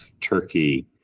Turkey